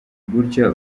gutya